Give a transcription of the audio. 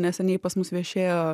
neseniai pas mus viešėjo